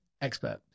expert